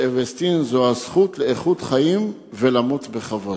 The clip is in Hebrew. "אווסטין" זו הזכות לאיכות חיים ולמות בכבוד.